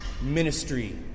ministry